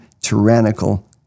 tyrannical